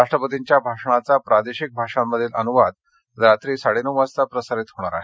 राष्ट्रपतींच्या भाषणाचा प्रादेशिक भाषांमधील अनुवाद रात्री साडेनऊ वाजता प्रसारित होणार आहे